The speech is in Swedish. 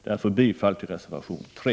Därför yrkar jag bifall till reservation 3.